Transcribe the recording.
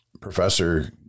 Professor